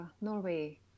Norway